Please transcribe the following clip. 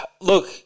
look